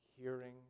hearing